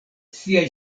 siaj